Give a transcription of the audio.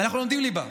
אנחנו לומדים ליבה.